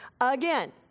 Again